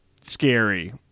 scary